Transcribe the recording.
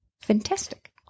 fantastic